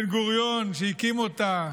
בן-גוריון, שהקים אותה,